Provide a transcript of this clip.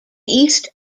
east